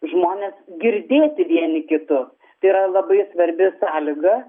žmonės girdėti vieni kitus tai yra labai svarbi sąlyga